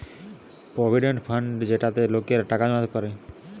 provident fund যেটাতে লোকেরা টাকা জমাতে পারে